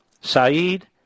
Saeed